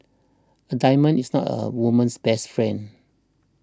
a diamond is not a woman's best friend